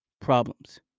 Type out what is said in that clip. problems